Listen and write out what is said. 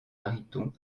mariton